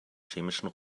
chemischen